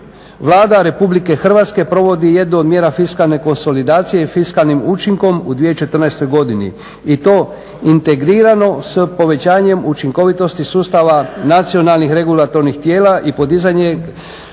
Vlada Republike Hrvatske provodi jednu od mjera fiskalne konsolidacije i fiskalnim učinkom u 2014. godini i to integrirano s povećanjem učinkovitosti sustava nacionalnih regulatornih tijela i podizanje